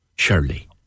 Shirley